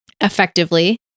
effectively